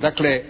Dakle,